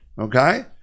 okay